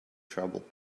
trouble